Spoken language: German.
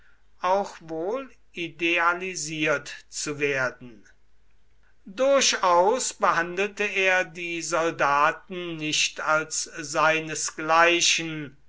auch wohl idealisiert zu werden durchaus behandelte er die soldaten nicht als seinesgleichen